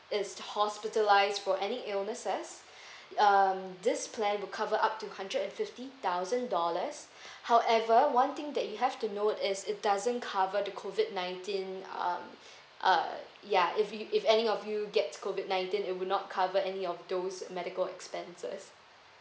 it's hospitalize for any illnesses um this plan will cover up to hundred and fifty thousand dollars however one thing that you have to note is it doesn't cover the COVID nineteen um uh ya if you if any of you gets COVID nineteen it would not cover any of those medical expenses